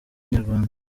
inyarwanda